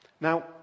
Now